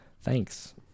Thanks